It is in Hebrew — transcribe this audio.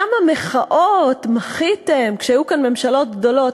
כמה מחאות מחיתם כשהיו כאן ממשלות גדולות,